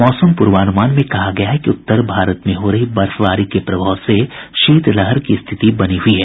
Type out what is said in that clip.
मौसम पूर्वानूमान में कहा गया है कि उत्तर भारत में हो रही बर्फबारी के प्रभाव से शीतलहर की स्थिति बनी हुई है